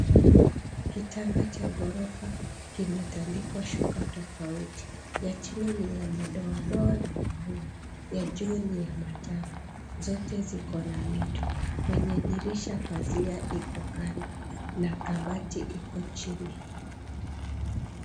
Kitanda cha ghorofa kimetandikwa shuka tofauti, ya chini ni ya madoadoa na maua, ya juu ni ya manjano, zote ziko na mito. Kwenye dirisha, pazi iko kando na kabati iko chini.